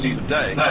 today